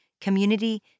community